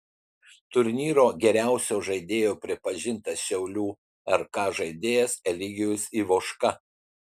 turnyro geriausio žaidėjo pripažintas šiaulių rk žaidėjas eligijus ivoška